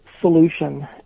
solution